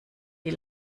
die